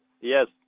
Yes